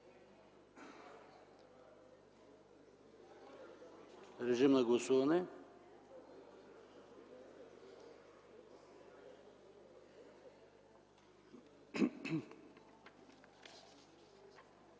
режим на гласуване.